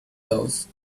those